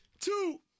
two